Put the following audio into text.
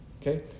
Okay